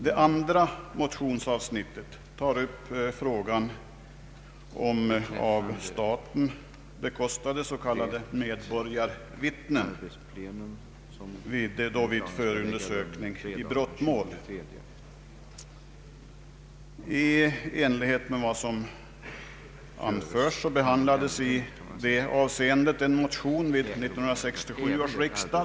Det andra motionsavsnittet gäller av staten bekostade s.k. medborgarvittnen vid förundersökning i brottmål. Såsom anförts behandlades en motion i detta ärende vid 1967 års riksdag.